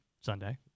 Sunday